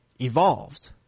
evolved